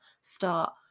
start